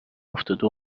افتاده